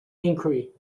enquiry